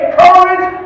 courage